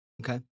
Okay